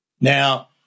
Now